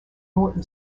norton